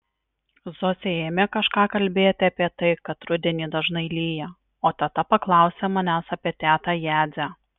zosė ėmė kažką kalbėti apie tai kad rudenį dažnai lyja o teta paklausė manęs apie tetą jadzę